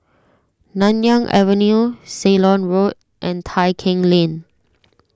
Nanyang Avenue Ceylon Road and Tai Keng Lane